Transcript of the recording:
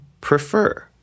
prefer